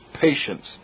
patience